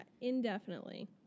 indefinitely